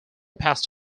passed